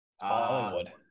Hollywood